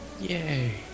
Yay